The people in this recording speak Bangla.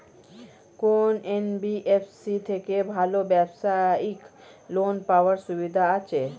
কোন এন.বি.এফ.সি থেকে ভালো ব্যবসায়িক লোন পাওয়ার সুবিধা আছে?